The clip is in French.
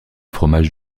fromage